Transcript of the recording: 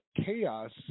chaos